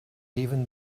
even